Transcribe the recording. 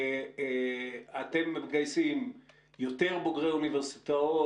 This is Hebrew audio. אתם מגייסים יותר בוגרי אוניברסיטאות,